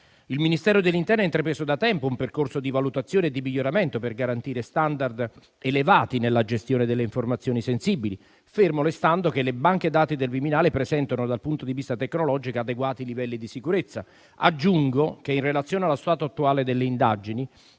Il Ministero dell'interno ha intrapreso da tempo un percorso di valutazione e di miglioramento per garantire *standard* elevati nella gestione delle informazioni sensibili, fermo restando che le banche dati del Viminale presentano, dal punto di vista tecnologico, adeguati livelli di sicurezza. Aggiungo che, in relazione allo stato attuale delle indagini,